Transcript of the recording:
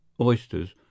oysters